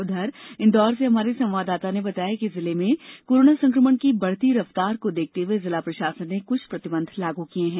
उधर इंदौर से हमारे संवाददाता ने बताया है कि जिले में कोरोना संक्रमण की बढती रफ्तार को देखते हए जिला प्रशासन ने क्छ प्रतिबंध लागू किए हैं